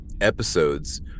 episodes